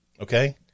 Okay